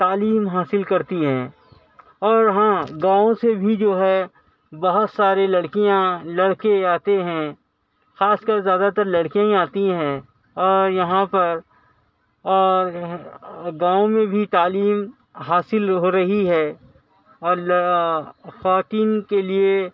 تعلیم حاصل کرتی ہیں اور ہاں گاؤں سے بھی جو ہے بہت سارے لڑکیاں لڑکے آتے ہیں خاص کر زیادہ تر لڑکیاں ہی آتی ہیں اور یہاں پر اور گاؤں میں بھی تعلیم حاصل ہو رہی ہے اور خواتین کے لیے